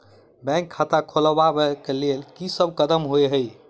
Bank खाता खोलबाबै केँ लेल की सब कदम होइ हय?